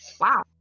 wow